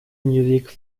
music